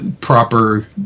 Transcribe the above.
proper